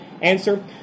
Answer